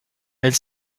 elle